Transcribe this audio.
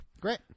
Great